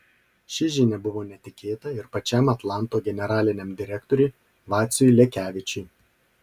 ši žinia buvo netikėta ir pačiam atlanto generaliniam direktoriui vaciui lekevičiui